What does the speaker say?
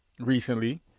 recently